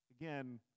Again